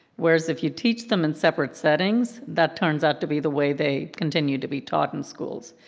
whereas if you teach them in separate settings, that turns out to be the way they continue to be taught in schools.